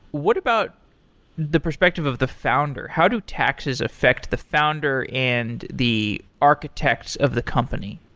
what about the perspective of the founder? how do taxes affect the founder and the architects of the company?